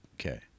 Okay